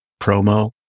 promo